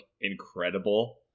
incredible